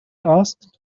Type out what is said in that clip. asked